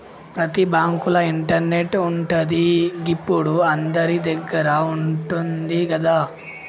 ప్రతి బాంకుల ఇంటర్నెటు ఉంటది, గిప్పుడు అందరిదగ్గర ఉంటంది గదా